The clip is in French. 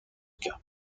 cas